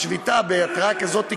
השביתה בהתרעה כזאת קצרה,